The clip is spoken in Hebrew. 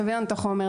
תביא לנו את החומר.